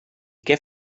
què